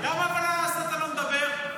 למה אבל אז אתה לא מדבר?